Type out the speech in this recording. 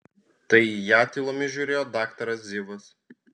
tai į ją tylomis žiūrėjo daktaras zivas